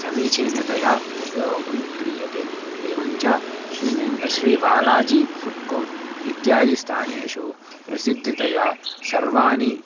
समीचीनतया उपयोगः क्रियते एवञ्च श्रीवेङ्क श्रीबालाजी फ़ुट्कोर्ट् इत्यादि स्थानेषु प्रसिद्धतया सर्वाणि